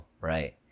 right